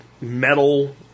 metal